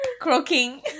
croaking